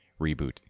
reboot